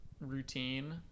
routine